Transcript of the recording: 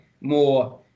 more